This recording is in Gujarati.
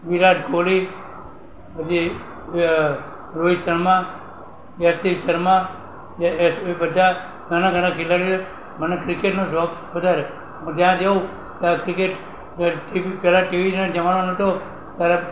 વિરાટ કોહલી પછી રોહિત શર્મા યતિન શર્મા જે એ બધા ઘણા ઘણા ખેલાડીઓ મને ક્રિકેટનો શોખ વધારે પણ જ્યારે જોઉં ત્યારે ક્રિકેટ પહેલાં ટીવીનો જમાનો નહોતો ત્યારે